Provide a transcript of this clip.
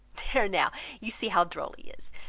there now you see how droll he is.